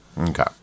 Okay